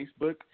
Facebook